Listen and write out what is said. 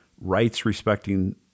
rights-respecting